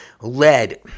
lead